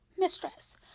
mistress